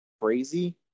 crazy